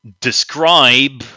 Describe